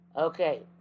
Okay